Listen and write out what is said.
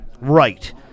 right